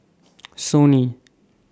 Sony